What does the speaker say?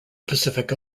pacific